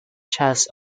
chas